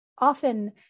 often